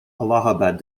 allahabad